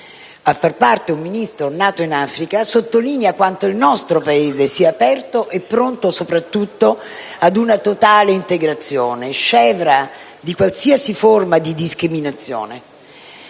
italiano un Ministro nato in Africa sottolinea quanto il nostro Paese sia aperto e pronto soprattutto ad una totale integrazione, scevra da qualsiasi forma di discriminazione.